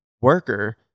worker